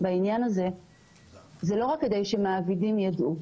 בעניין הזה זה לא רק כדי שמעבידים יידעו,